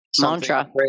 mantra